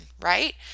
right